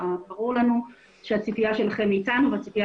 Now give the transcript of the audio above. ברור לנו שהציפייה שלכם מאתנו והציפייה